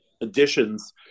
additions